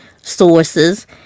sources